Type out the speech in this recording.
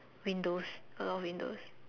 windows a lot of windows